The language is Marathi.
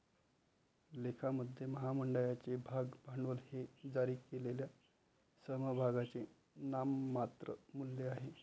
लेखामध्ये, महामंडळाचे भाग भांडवल हे जारी केलेल्या समभागांचे नाममात्र मूल्य आहे